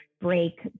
break